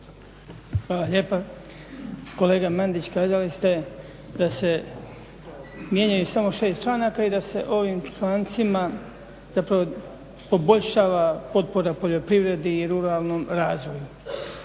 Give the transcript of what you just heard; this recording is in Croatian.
lijepa. Kolega Mandić, kazali ste da se mijenjaju samo 6 članka i da se ovim člancima, dakle poboljšava potpora poljoprivredi i ruralnom razvoju.